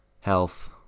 health